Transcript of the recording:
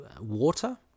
water